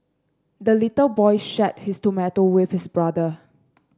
the little boy shared his tomato with his brother